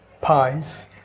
pies